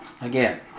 Again